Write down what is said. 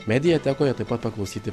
mediatekoje taip pat paklausyti